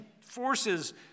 forces